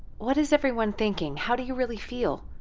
what is everyone thinking? how do you really feel?